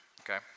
okay